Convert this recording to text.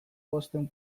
bostehun